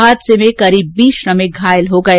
हादसे में करीब बीस श्रमिक घायल हो गए